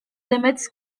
limits